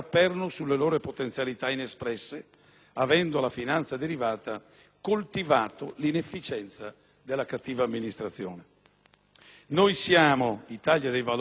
avendo la finanza derivata coltivato l'inefficienza della cattiva amministrazione. Il Gruppo dell'Italia dei Valori è per una perequazione verticale: